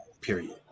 Period